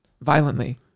violently